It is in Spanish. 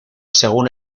según